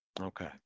Okay